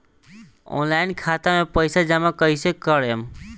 Online खाता मे पईसा जमा कइसे करेम?